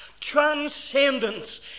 transcendence